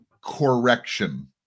correction